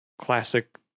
classic